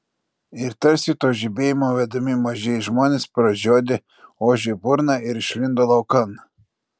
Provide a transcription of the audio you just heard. ir tarsi to žibėjimo vedami mažieji žmonės pražiodė ožiui burną ir išlindo laukan